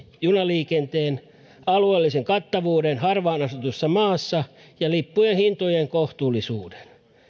junaliikenteen alueellisen kattavuuden harvaan asutussa maassa ja lippujen hintojen kohtuullisuuden